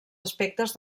aspectes